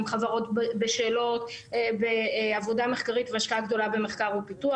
עם חברות בשלות בעבודה מחקרית והשקעה גדולה במחקר ופיתוח,